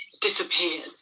disappeared